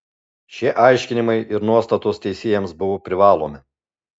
šie aiškinimai ir nuostatos teisėjams buvo privalomi